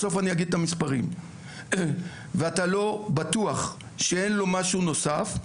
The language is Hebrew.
בסוף אני אגיד את המספרים ואתה לא בטוח שאין לו משהו נוסף,